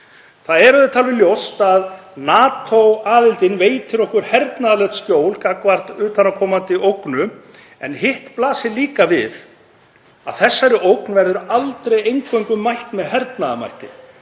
Það er auðvitað alveg ljóst að NATO-aðildin veitir okkur hernaðarlegt skjól gagnvart utanaðkomandi ógnum en hitt blasir líka við að þessari ógn verður aldrei eingöngu mætt með hernaðarmætti